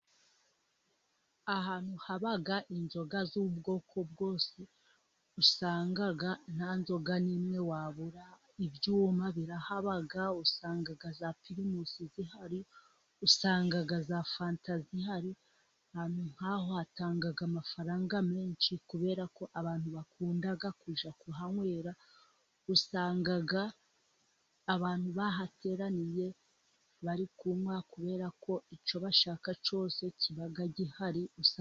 Ahantu haba inzoga z'ubwoko bwose, usanga nta nzoga n'imwe wabura, ibyuma birahaba, usanga za primusi zihari, usanga za fanta zihari, ahantu nk'aho hatanga amafaranga menshi, kubera ko abantu bakunda kujya kuhanywera, usanga abantu bahateraniye bari kunywa, kubera ko icyo bashaka cyose kiba gihari usanga..